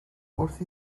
wrth